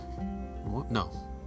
No